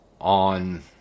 on